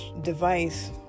device